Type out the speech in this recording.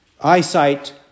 eyesight